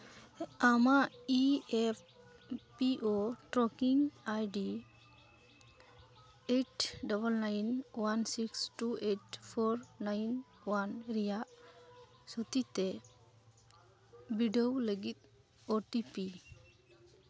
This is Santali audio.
ᱟᱢᱟᱜ E F P O tracking ID eight double nine one six two eight four nine one ᱨᱮᱭᱟᱜ ᱥᱚᱛᱷᱤᱛᱮ ᱵᱤᱰᱟᱹᱣ ᱞᱟᱹᱜᱤᱫ ᱳᱴᱤᱯᱤ